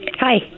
Hi